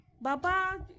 Baba